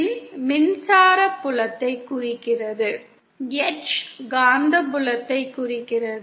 மின் மின்சார புலத்தை குறிக்கிறது H காந்தப்புலத்தை குறிக்கிறது